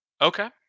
Okay